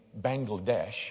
Bangladesh